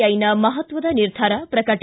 ಐನ ಮಹತ್ವ ನಿರ್ಧಾರ ಪ್ರಕಟ